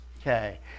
Okay